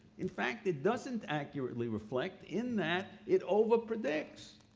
in fact, it doesn't accurately reflect in that it over-predicts.